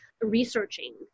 researching